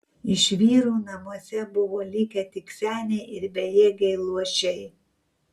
iš vyrų namuose buvo likę tik seniai ir bejėgiai luošiai